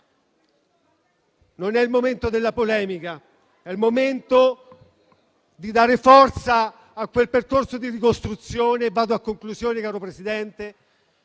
Non è il momento della polemica, ma di dare forza a quel percorso di ricostruzione. Mi avvio alla conclusione, signor Presidente.